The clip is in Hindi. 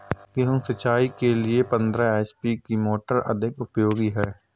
गेहूँ सिंचाई के लिए पंद्रह एच.पी की मोटर अधिक उपयोगी है?